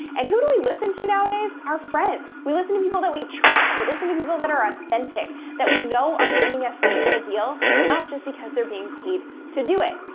and who do we listen to nowadays? our friends, we listen to people that we trust. we listen to people that are authentic, that we know are giving us the real deal, not just because they're being paid to do it.